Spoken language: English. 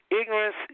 ignorance